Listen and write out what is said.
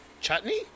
Chutney